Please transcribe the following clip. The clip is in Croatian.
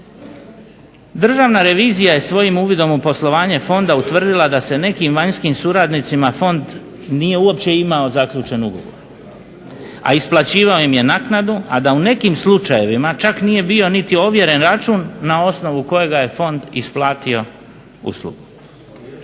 Državna revizija je svojim uvidom u poslovanje fonda utvrdila da sa nekim vanjskim suradnicima fond uopće nije imao zaključen ugovor, a isplaćivao im je naknadu, a da u nekim slučajevima čak nije bio niti ovjeren račun na osnovu kojega je fond isplatio uslugu.